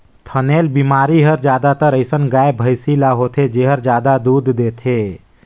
थनैल बेमारी हर जादातर अइसन गाय, भइसी ल होथे जेहर जादा दूद देथे